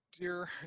Dear